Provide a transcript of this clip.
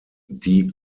die